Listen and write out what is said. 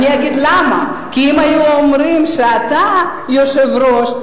כי אם היו אומרים שאתה יושב-ראש,